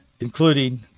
including